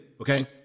Okay